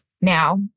Now